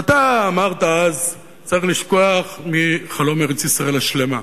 ואתה אמרת אז "צריך לשכוח מחלום ארץ-ישראל השלמה"